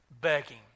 begging